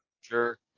Sure